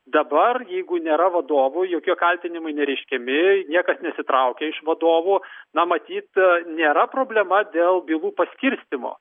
dabar jeigu nėra vadovų jokie kaltinimai nereiškiami niekas nesitraukia iš vadovų na matyt nėra problema dėl bylų paskirstymo